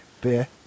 beer